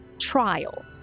trial